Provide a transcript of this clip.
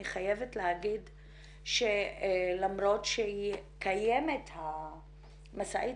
חייבת להגיד שלמרות שקיימת המשאית,